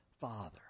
Father